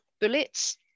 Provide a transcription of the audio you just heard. bullets